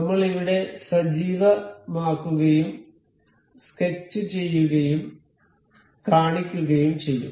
നമ്മൾ ഇവിടെ സജീവമാക്കുകയും സ്കെച്ച് ചെയ്യുകയും കാണിക്കുകയും ചെയ്യും